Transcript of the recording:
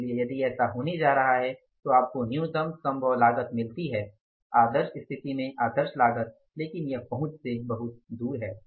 इसलिए यदि ऐसा होने जा रहा है तो आपको न्यूनतम संभव लागत मिलती है आदर्श स्थिति में आदर्श लागत लेकिन यह पहुंच से बहुत दूर है